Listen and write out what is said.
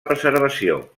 preservació